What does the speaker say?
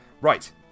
Right